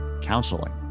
counseling